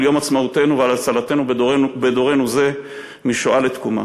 יום עצמאותנו ועל הצלתנו בדורנו זה משואה לתקומה.